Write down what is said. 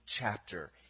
chapter